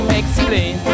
explain